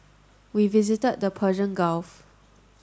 we visited the Persian Gulf